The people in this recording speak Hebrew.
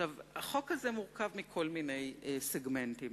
החוק הזה מורכב מכל מיני סגמנטים.